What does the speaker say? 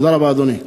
תודה רבה, אדוני.